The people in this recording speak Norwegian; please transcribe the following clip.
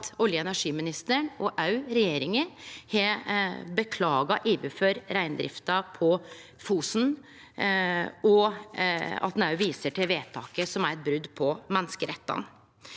at olje- og energiministeren, og òg regjeringa, har beklaga overfor reindrifta på Fosen, og at ein viser til vedtaket som er eit brot på menneskerettane.